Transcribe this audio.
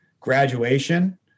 graduation